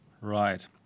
Right